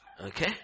Okay